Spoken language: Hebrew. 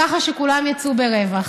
ככה שכולם יצאו ברווח.